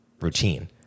routine